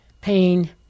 pain